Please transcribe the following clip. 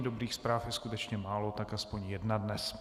Dobrých zpráv je skutečně málo, tak aspoň jedna dnes.